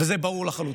וזה ברור לחלוטין.